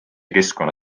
keskkonna